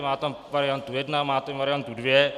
Má tam variantu jedna, variantu dvě.